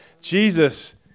Jesus